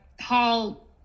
Hall